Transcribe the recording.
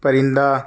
پرندہ